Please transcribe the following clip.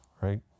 right